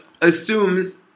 assumes